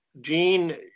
Gene